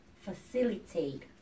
facilitate